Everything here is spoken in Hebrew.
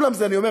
כולם זה הממשלה,